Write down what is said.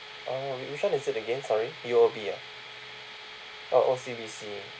oh which one is it again sorry U_O_B ah oh O_C_B_C